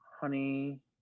Honey